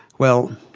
well,